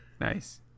Nice